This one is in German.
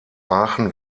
aachen